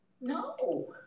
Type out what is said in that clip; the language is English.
No